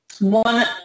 one